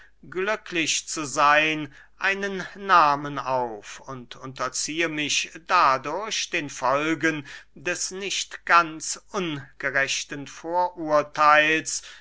glücklich zu seyn einen nahmen auf und unterziehe mich dadurch den folgen des nicht ganz ungerechten vorurtheils